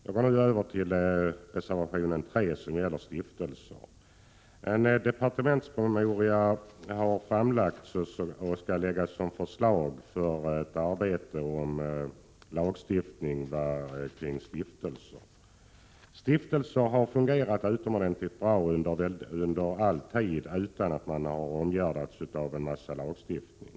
Jag går nu över till reservation 3, som gäller stiftelser. En departementspromemoria har framlagts som skall utgöra förslag för ett arbete om lagstiftningen för stiftelser. Under all tid har stiftelser fungerat utomordentligt bra utan att omgärdas av en massa lagstiftning.